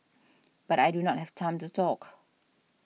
but I do not have time to talk